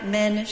men